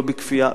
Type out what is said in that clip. לא בכפייה,